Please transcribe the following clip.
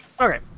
Okay